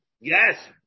Yes